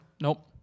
Nope